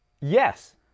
Yes